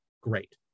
great